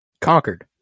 Conquered